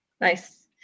Nice